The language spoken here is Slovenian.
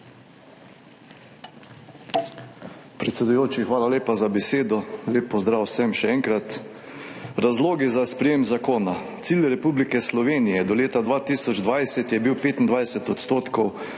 Predsedujoči, hvala lepa za besedo. Lep pozdrav vsem, še enkrat! Razlogi za sprejetje zakona. Cilj Republike Slovenije do leta 2020 je bil 25 %